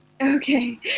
Okay